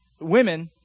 women